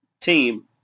team